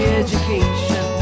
education